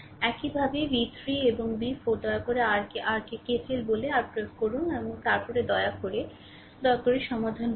একইভাবে v3 এবং v4 দয়া করে r কে r কে KCL বলে r প্রয়োগ করুন এবং তারপরে দয়া করে এটি দয়া করে সমাধান করুন